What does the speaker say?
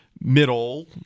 middle